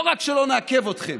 לא רק שלא נעכב אתכם,